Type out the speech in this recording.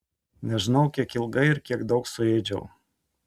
nežinau kiek ilgai ir kiek daug suėdžiau